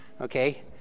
Okay